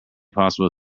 possible